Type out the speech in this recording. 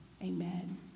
Amen